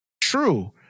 True